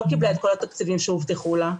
לא קיבלה את כל התקציבים שהובטחו לה,